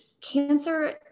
cancer